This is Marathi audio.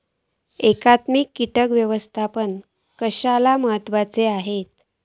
एकात्मिक कीटक व्यवस्थापन कशाक महत्वाचे आसत?